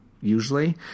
usually